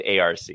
ARC